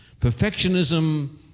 Perfectionism